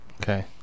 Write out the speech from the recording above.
Okay